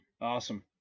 awesome